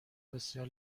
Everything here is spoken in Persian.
بسیار